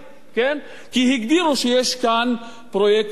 כי הגדירו שיש כאן פרויקט לאומי.